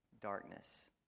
darkness